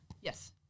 Yes